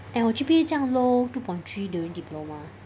and my G_P_A 这样 low two point three during diploma